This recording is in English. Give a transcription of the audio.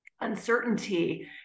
uncertainty